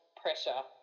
pressure